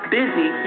busy